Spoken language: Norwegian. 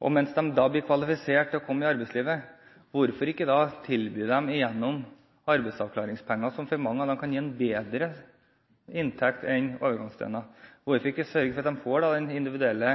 hvorfor ikke da tilby dem arbeidsavklaringspenger mens de blir kvalifisert til å komme ut i arbeidslivet, som for mange av dem kan gi en bedre inntekt enn overgangsstønad? Hvorfor ikke sørge for at de får den individuelle